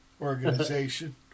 organization